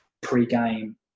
pre-game